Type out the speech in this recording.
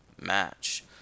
match